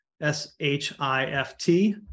S-H-I-F-T